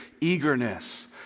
eagerness